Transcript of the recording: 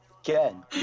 Again